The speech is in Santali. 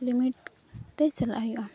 ᱞᱤᱢᱤᱴ ᱛᱮ ᱪᱟᱞᱟᱜ ᱦᱩᱭᱩᱜᱼᱟ